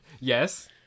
Yes